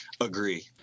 agree